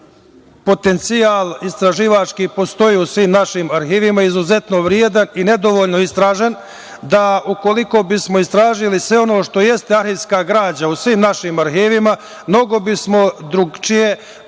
potencijal postoji u svim našim arhivima, izuzetno vredan i nedovoljno istražen i da ukoliko bismo istražili sve ono što jeste arhivska građa u svim našim arhivima, mnogo bismo drugačije